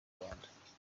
rwanda